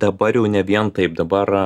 dabar jau ne vien taip dabar